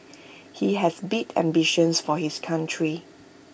he has big ambitions for his country